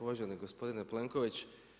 Uvaženi gospodine Plenković.